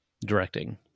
directing